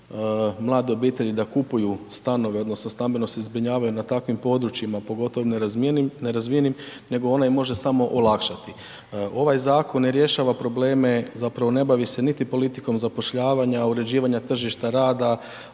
mlade obitelji da kupuju stanove odnosno stambeno se zbrinjavaju na takvim područjima, pogotovo nerazvijenim nego ona im može samo olakšati. Ovaj zakon ne rješava probleme, zapravo ne bavi se niti politikom zapošljavanja, uređivanja tržišta rada,